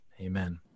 Amen